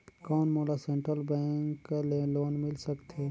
कौन मोला central bank ले लोन मिल सकथे?